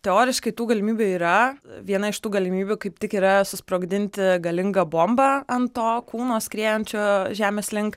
teoriškai tų galimybių yra viena iš tų galimybių kaip tik yra susprogdinti galingą bombą ant to kūno skriejančio žemės link